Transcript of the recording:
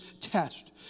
test